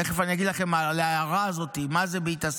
תכף אני אגיד לכם על ההערה הזאת, מה זה "בהתאסף